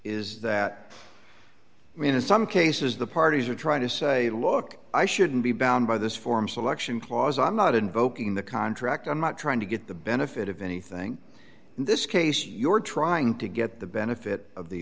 mean in some cases the parties are trying to say look i shouldn't be bound by this form selection clause i'm not invoking the contract i'm not trying to get the benefit of anything in this case your trying to get the benefit of the